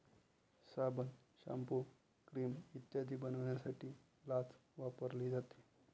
साबण, shampoo, cream इत्यादी बनवण्यासाठी लाच वापरली जाते